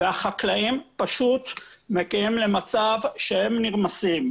והחקלאים פשוט מגיעים למצב שהם נרמסים.